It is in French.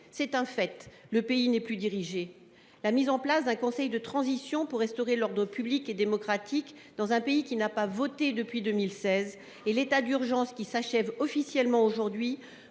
C’est un fait : le pays n’est plus dirigé. La mise en place d’un conseil de transition pour restaurer l’ordre public et démocratique dans un pays qui n’a pas voté depuis 2016, ainsi que de l’état d’urgence – il s’achève officiellement aujourd’hui